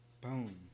Boom